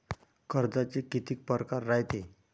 कर्जाचे कितीक परकार रायते?